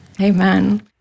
Amen